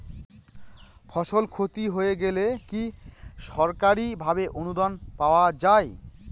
ফসল ক্ষতি হয়ে গেলে কি সরকারি ভাবে অনুদান পাওয়া য়ায়?